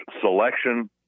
selection